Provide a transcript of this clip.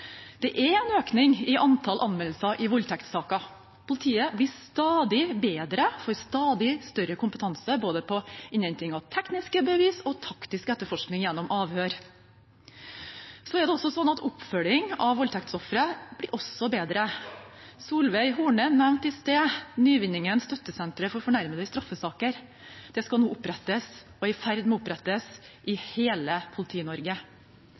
Det er en økning i antall anmeldelser av voldtektssaker. Politiet blir stadig bedre og får stadig større kompetanse når det gjelder både innhenting av tekniske bevis og taktisk etterforskning gjennom avhør. Oppfølgingen av voldtektsofre blir også bedre. Solveig Horne nevnte i stad nyvinningen Støttesenteret for fornærmede i straffesaker. Det skal nå opprettes og er i ferd med å opprettes